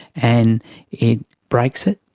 and it breaks it,